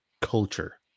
culture